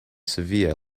severe